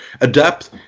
adapt